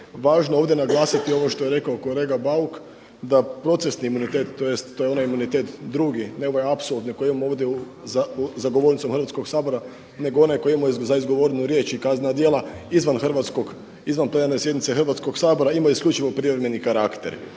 Važno je ovdje naglasiti ovo što je rekao kolega Bauk, da procesni imunitet, tj. to je onaj imunitet drugi, ne ovaj …/Govornik se ne razumije./… koji imamo ovdje za govornicom Hrvatskog sabora, nego onaj koji imamo za izgovorenu riječ i kaznena djela izvan hrvatskog, izvan plenarne sjednice Hrvatskog sabora ima isključivo privremeni karakter.